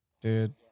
dude